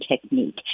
technique